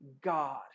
God